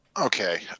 Okay